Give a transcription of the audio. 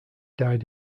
died